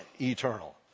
eternal